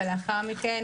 ולאחר מכן,